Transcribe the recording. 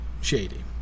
shady